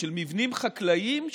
של מבנים חקלאיים,